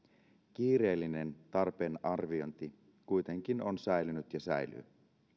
kiireellinen tarpeenarviointi on kuitenkin säilynyt ja säilyy